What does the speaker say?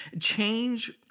Change